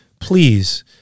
Please